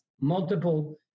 multiple